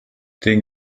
den